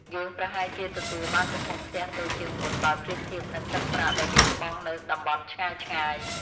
យើងប្រហែលជាទទួលបានទំហំផ្ទះតូចជាងមុនបើប្រៀបធៀបនឹងទឹកប្រាក់ដែលយើងបង់នៅតំបន់ឆ្ងាយៗ។